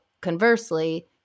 conversely